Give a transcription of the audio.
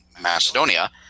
Macedonia